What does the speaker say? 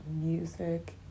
music